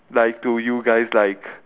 like to you guys like